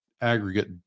aggregate